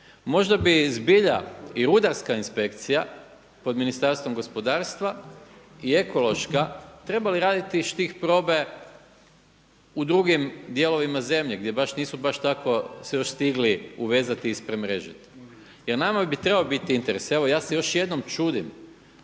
Možda bi zbilja i rudarska inspekcija pod Ministarstvom gospodarstva i ekološka trebali raditi štih probe u drugim dijelovima zemlje gdje baš nisu baš tako se još stigli uvezati i ispremrežiti. Jer nama bi trebao biti interes, evo ja se još jednom čudim